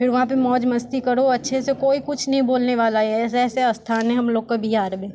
फिर वहाँ पे मौज मस्ती करो अच्छे से कोई कुछ नहीं बोलने वाला ये ऐसे ऐसे स्थान है हम लोग के बिहार में